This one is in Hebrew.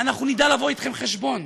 אנחנו נדע לבוא אתכם חשבון.